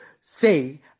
say